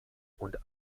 und